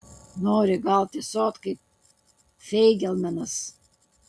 nori gal tysot kaip feigelmanas